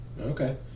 Okay